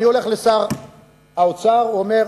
אני הולך לשר האוצר, הוא אומר: